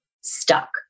stuck